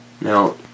Now